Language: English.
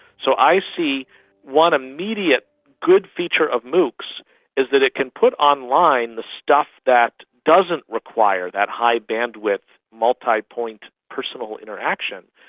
so i see one immediate good feature of moocs is that it can put online the stuff that doesn't require that high bandwidth, multipoint personal interaction,